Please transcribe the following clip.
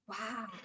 Wow